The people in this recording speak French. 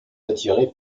attirés